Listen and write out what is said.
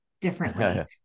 differently